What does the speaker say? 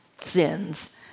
sins